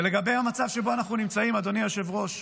ולגבי המצב שבו אנחנו נמצאים, אדוני היושב-ראש,